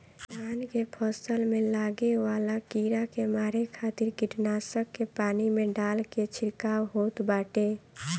धान के फसल में लागे वाला कीड़ा के मारे खातिर कीटनाशक के पानी में डाल के छिड़काव होत बाटे